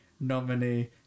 nominee